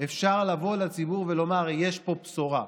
אפשר לבוא לציבור ולומר: יש פה בשורה,